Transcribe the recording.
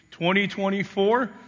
2024